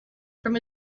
from